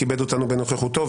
כיבד אותנו בנוכחותו,